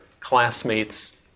Classmates